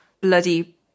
bloody